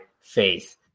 faith